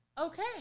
okay